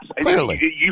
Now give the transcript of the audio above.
Clearly